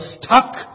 stuck